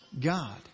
God